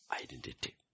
identity